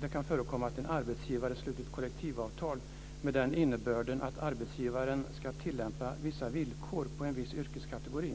"det kan förekomma att en arbetsgivare slutit kollektivavtal med den innebörden att arbetsgivaren skall tillämpa vissa villkor på en viss yrkeskategori".